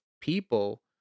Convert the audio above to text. people